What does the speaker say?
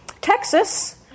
Texas